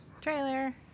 Trailer